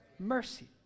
mercy